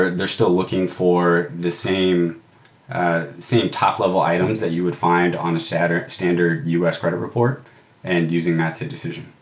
and they're still looking for the same ah same top-level items that you would find on a standard standard us credit report and using that decision.